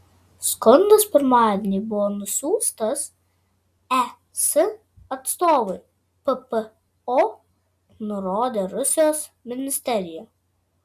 skundas pirmadienį buvo nusiųstas es atstovui ppo nurodė rusijos ministerija